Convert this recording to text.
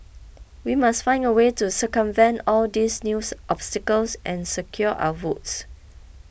we must find a way to circumvent all these new obstacles and secure our votes